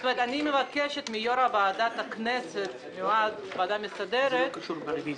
זאת אומרת שאני מבקשת מיו"ר ועדת הכנסת --- זה לא קשור ברוויזיה.